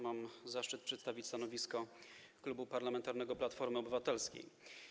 Mam zaszczyt przedstawić stanowisko Klubu Parlamentarnego Platforma Obywatelska.